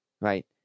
Right